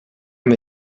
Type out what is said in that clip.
amb